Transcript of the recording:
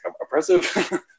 oppressive